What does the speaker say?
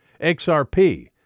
XRP